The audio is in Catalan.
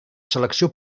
selecció